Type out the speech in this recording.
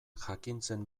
jakintzen